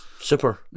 Super